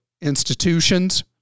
institutions